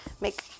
Make